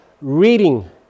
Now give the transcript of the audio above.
reading